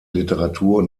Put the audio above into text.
literatur